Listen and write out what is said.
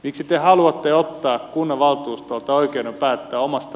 miksi te haluatte ottaa kunnanvaltuustolta oikeuden päättää omasta